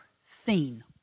seen